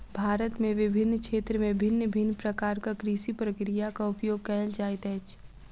भारत में विभिन्न क्षेत्र में भिन्न भिन्न प्रकारक कृषि प्रक्रियाक उपयोग कएल जाइत अछि